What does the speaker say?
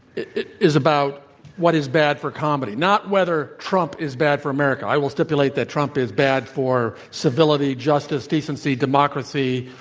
is about what is bad for comedy not whether trump is bad for america. i will stipulate that trump is bad for civility, justice, decency, democracy,